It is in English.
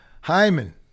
Hyman